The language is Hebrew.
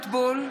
(קוראת בשמות חברי הכנסת) משה אבוטבול,